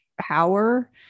power